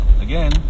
again